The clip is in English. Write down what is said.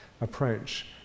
approach